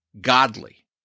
godly